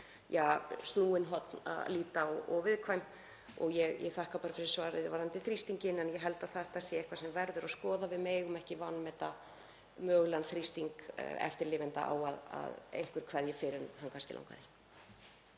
mörg snúin horn að líta og viðkvæm. Ég þakka fyrir svarið varðandi þrýstinginn en ég held að þetta sé eitthvað sem verður að skoða. Við megum ekki vanmeta mögulegan þrýsting eftirlifenda á að einhver kveðji fyrr en hann kannski langaði.